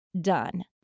done